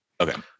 Okay